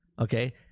okay